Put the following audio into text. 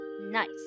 Nice